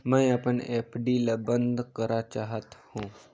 मैं अपन एफ.डी ल बंद करा चाहत हों